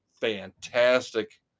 fantastic